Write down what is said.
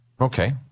Okay